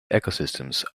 ecosystems